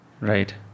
Right